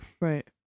right